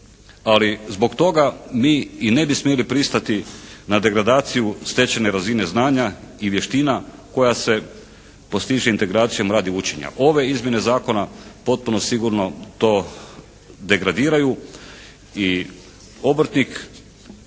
ali zbog toga mi i ne bi smjeli pristati na degradaciju stečene razine znanja i vještina koja se postiže integracijom radi učenja. Ove izmjene zakona potpuno sigurno to degradiraju i obrtnik,